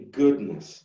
goodness